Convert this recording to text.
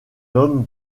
homme